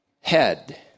head